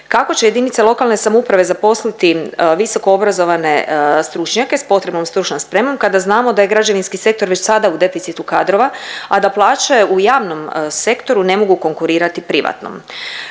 Kako će jedinice lokalne samouprave zaposliti visokoobrazovane stručnjake s potrebnom stručnom spremom kada znamo da je građevinski sektor već sada u deficitu kadrova, a da plaće u javnom sektoru ne mogu konkurirati privatnom.